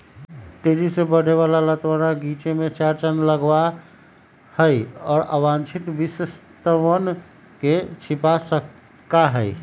तेजी से बढ़े वाला लतवा गीचे में चार चांद लगावा हई, और अवांछित विशेषतवन के छिपा सका हई